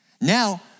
now